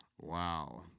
Wow